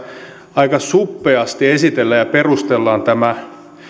aika suppeasti esitellään ja perustellaan tämä